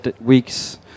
weeks